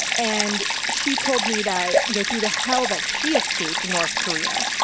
and she told me that, you know, through the hell that she escaped north korea,